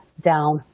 down